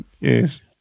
Yes